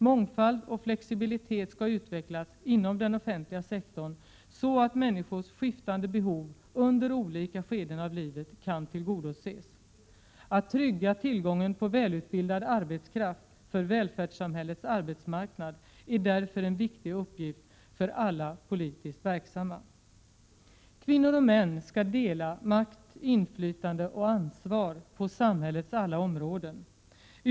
Mångfald och flexibilitet skall utvecklas inom den offentliga sektorn, så att människors skiftande behov under olika skeden av livet kan tillgodoses. Att trygga tillgången på välutbildad arbetskraft för välfärdssamhällets arbetsmarknad är därför en viktig uppgift för alla politiskt verksamma. Kvinnor och män skall dela makt, inflytande och ansvar på samhällets alla områden.